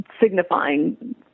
signifying